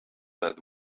that